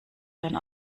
dann